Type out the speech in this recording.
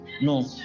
no